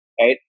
Right